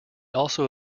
also